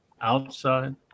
outside